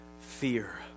fear